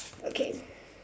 okay